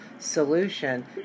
solution